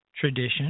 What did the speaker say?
tradition